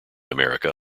america